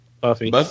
Buffy